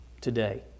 today